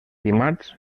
dimarts